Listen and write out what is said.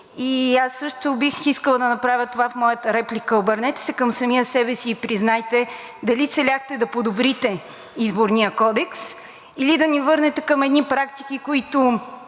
си. Също бих искала да направя това в моята реплика – обърнете се към самия себе си и признайте дали целяхте да подобрите Изборния кодекс, или да ни върнете към едни практики, които